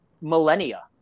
millennia